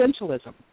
Essentialism